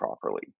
properly